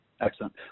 Excellent